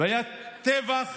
היה טבח